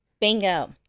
Bingo